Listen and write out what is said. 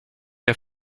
der